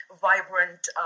vibrant